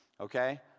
Okay